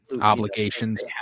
obligations